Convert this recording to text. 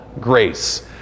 grace